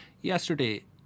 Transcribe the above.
yesterday